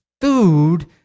Food